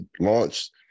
launched